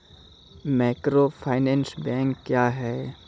Microfinance bank क्या हैं?